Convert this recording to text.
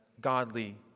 godly